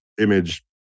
image